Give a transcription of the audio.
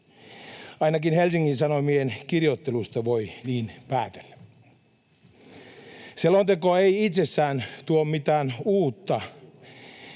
ainakin Helsingin Sanomien kirjoittelusta voi niin päätellä. Selonteko ei itsessään tuo mitään uutta.